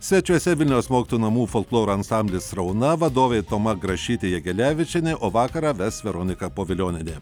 svečiuose vilniaus mokytojų namų folkloro ansamblis rauna vadovė toma grašytė jegelevičienė o vakarą ves veronika povilionienė